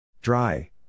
Dry